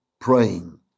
praying